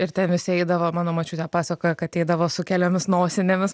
ir ten visi eidavo mano močiutė pasakojo kad eidavo su keliomis nosinėmis